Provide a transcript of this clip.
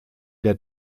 der